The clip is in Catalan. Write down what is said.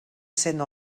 cent